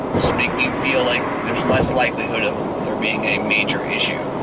make me feel like there's less likelihood of their being a major issue.